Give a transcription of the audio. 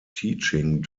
teaching